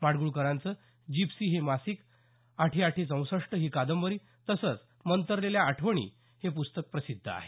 माडगुळकरांचं Gypsy हे मासिक आठी आठी चौसष्ट ही कादंबरी तसंच मंतरलेल्या आठवणी हे पुस्तक प्रसिद्ध आहे